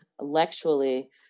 intellectually